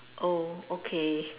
oh okay